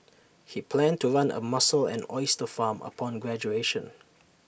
he planned to run A mussel and oyster farm upon graduation